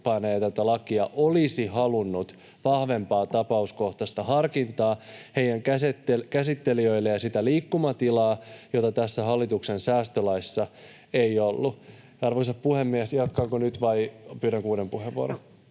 heidän käsittelijöilleen vahvempaa tapauskohtaista harkintaa ja sitä liikkumatilaa, jota tässä hallituksen säästölaissa ei ollut. Arvoisa puhemies! Jatkanko nyt vai pyydänkö uuden puheenvuoron?